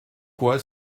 quoi